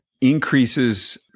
increases